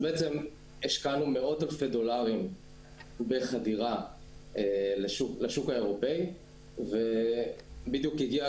השקענו מאוד אלפי דולרים בחדירה לשוק האירופאי ובדיוק הגיעה